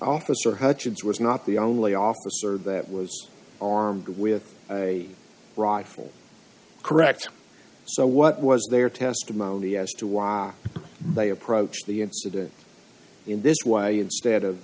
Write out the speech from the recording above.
officer hutchens was not the only officer that was armed with a rifle correct so what was their testimony as to why they approached the incident in this way instead of